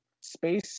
space